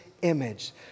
image